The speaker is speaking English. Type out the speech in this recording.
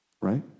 right